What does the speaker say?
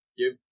give